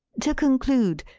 to conclude,